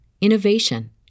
innovation